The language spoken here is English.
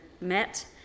met